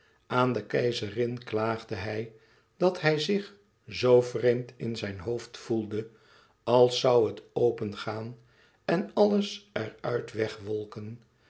aan de keizerin klaagde hij dat hij zich zoo vreemd in zijn hoofd voelde als zoû het opengaan en alles er uit wegwolken